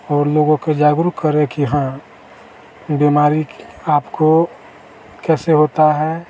और लोगों को जागरूक करें कि हाँ बीमारी आपको कैसे होता है